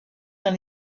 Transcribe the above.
dans